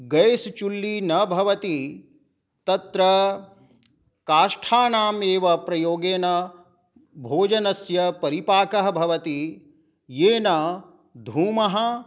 guise चुल्ली न भवति तत्र काष्ठानामेव प्रयोगेण भोजनस्य परिपाकः भवति येन धूमः